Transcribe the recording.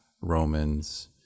Romans